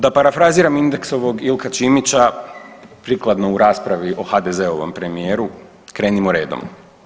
Da parafraziram Indexovog Ilka Ćimića prikladno u raspravi o HDZ-ovom premijeru krenimo redom.